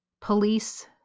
police